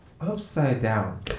Upside-down